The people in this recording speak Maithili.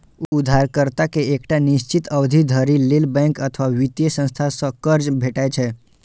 उधारकर्ता कें एकटा निश्चित अवधि धरि लेल बैंक अथवा वित्तीय संस्था सं कर्ज भेटै छै